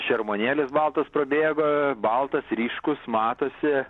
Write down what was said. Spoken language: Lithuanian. šermuonėlis baltas prabėgo baltas ryškus matosi